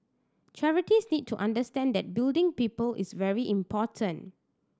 charities need to understand that building people is very important